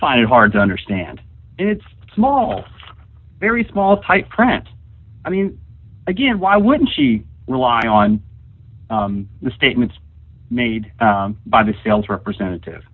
find it hard to understand it's small very small type rent i mean again why wouldn't she rely on the statements made by the sales representative